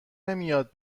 نمیاد